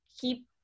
keep